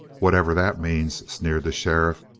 whatever that means, sneered the sheriff.